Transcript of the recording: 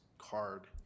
card